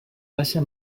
baixa